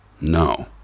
No